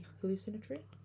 hallucinatory